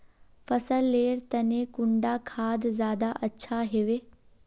फसल लेर तने कुंडा खाद ज्यादा अच्छा हेवै?